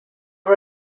our